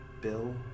Bill